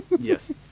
Yes